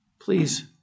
please